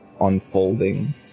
unfolding